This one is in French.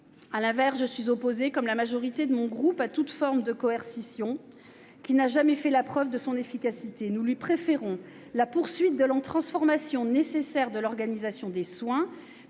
À l'inverse, je suis opposée, comme la majorité de mon groupe, à toute forme de coercition, car celle-ci n'a jamais fait la preuve de son efficacité. Nous lui préférons la poursuite de la nécessaire transformation de l'organisation des soins,